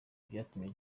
byatumye